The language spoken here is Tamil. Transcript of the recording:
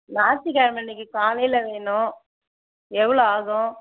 ஞாயித்திக்கெழம அன்னிக்கி காலையில் வேணும் எவ்வளோ ஆகும்